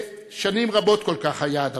ושנים רבות כל כך היה הדבר.